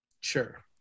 sure